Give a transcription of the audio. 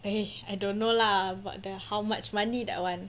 eh I don't know lah about the how much money that one